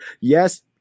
yes